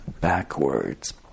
backwards